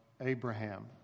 Abraham